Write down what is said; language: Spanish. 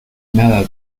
nada